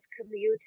commuting